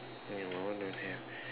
yeah my one don't have